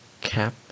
Cap